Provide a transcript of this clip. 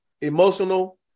emotional